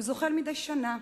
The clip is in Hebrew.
הוא זוחל מדי שנה.